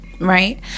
Right